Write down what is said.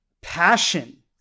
passion